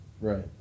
right